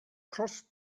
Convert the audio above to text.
crossed